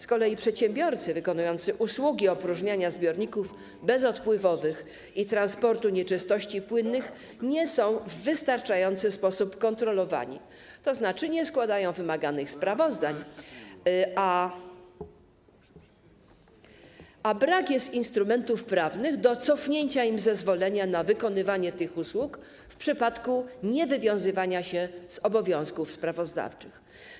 Z kolei przedsiębiorcy wykonujący usługi opróżniania zbiorników bezodpływowych i transportu nieczystości płynnych nie są w wystarczający sposób kontrolowani, tzn. nie składają wymaganych sprawozdań, a brak jest instrumentów prawnych do cofnięcia im zezwolenia na wykonywanie tych usług w przypadku niewywiązywania się z obowiązków sprawozdawczych.